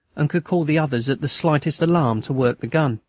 and could call the others, at the slightest alarm, to work the gun.